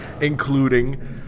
Including